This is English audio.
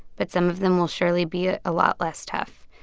but some of them will surely be a ah lot less tough.